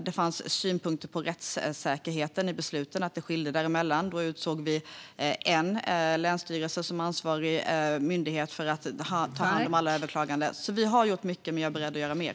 Det fanns också synpunkter på rättssäkerheten i besluten eftersom det kunde skilja mellan dem, och då utsåg vi en länsstyrelse som ansvarig myndighet för att ta hand om alla överklaganden. Vi har alltså gjort mycket, men jag är beredd att göra mer.